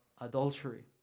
adultery